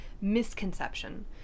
misconception